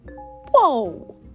whoa